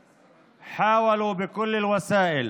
החוק אשר ניסו בכל הדרכים